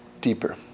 deeper